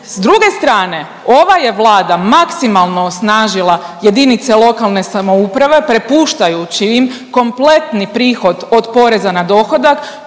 S druge strane ova je Vlada maksimalno osnažila jedinice lokalne samouprave prepuštajući im kompletni prihod od poreza na dohodak